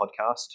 podcast